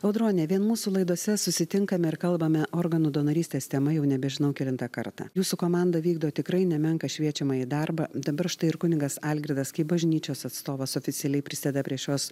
audronė vien mūsų laidose susitinkame ir kalbame organų donorystės tema jau nebežinau kelintą kartą jūsų komanda vykdo tikrai nemenką šviečiamąjį darbą dabar štai ir kunigas algirdas kaip bažnyčios atstovas oficialiai prisideda prie šios